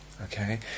okay